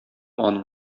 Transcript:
аның